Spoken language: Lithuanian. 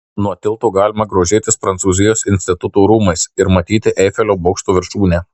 nuo tilto galima grožėtis prancūzijos instituto rūmais ir matyti eifelio bokšto viršūnę